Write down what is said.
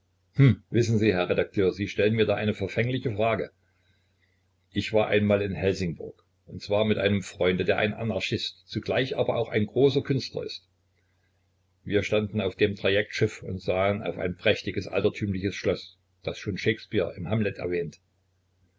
wissen sie herr redakteur sie stellen mir da eine verfängliche frage ich war einmal in helsingborg und zwar mit einem freunde der ein anarchist zugleich aber auch ein großer künstler ist wir standen auf dem trajektschiff und sahen auf ein prächtiges altertümliches schloß das schon shakespeare im hamlet erwähnt